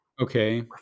okay